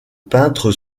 peintre